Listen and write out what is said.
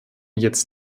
jetzt